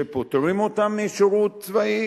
שפוטרים אותם משירות צבאי